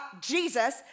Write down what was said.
Jesus